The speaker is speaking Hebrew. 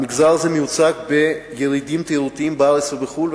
המגזר הזה מיוצג בירידים תיירותיים בארץ ובחוץ-לארץ,